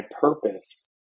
purpose